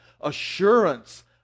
assurance